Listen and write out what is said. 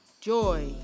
joy